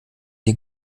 die